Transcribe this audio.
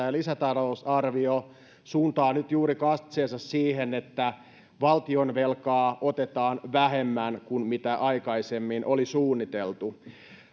ja lisätalousarvio suuntaa nyt juuri katseensa siihen että valtionvelkaa otetaan vähemmän kuin mitä aikaisemmin oli suunniteltu